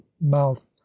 mouth